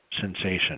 sensation